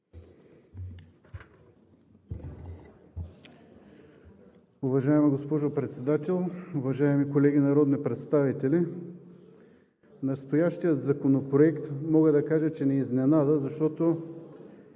Уважаема госпожо Председател, уважаеми колеги народни представители! Настоящият законопроект, мога да кажа, че ни изненада, защото